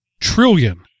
trillion